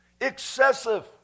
excessive